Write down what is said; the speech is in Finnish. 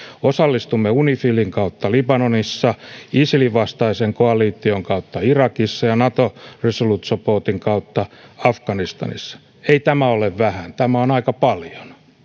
osallistumme unifilin kautta libanonissa isilin vastaisen koalition kautta irakissa ja naton resolute supportin kautta afganistanissa ei tämä ole vähän tämä on aika paljon